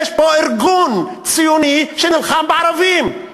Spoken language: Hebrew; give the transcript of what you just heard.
יש פה ארגון ציוני שנלחם בערבים.